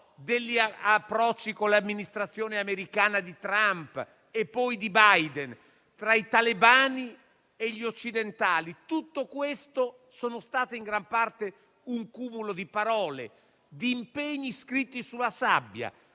degli approcci con l'amministrazione americana di Trump e poi di Biden - tra i talebani e gli occidentali è stato, in gran parte, un cumulo di parole e di impegni scritti sulla sabbia.